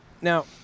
now